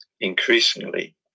increasingly